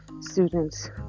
students